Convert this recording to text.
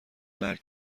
مرگ